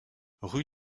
rue